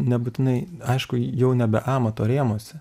nebūtinai aišku jau nebe amato rėmuose